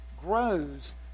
grows